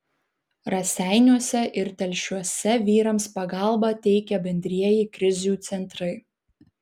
raseiniuose ir telšiuose vyrams pagalbą teikia bendrieji krizių centrai